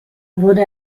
wurde